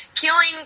killing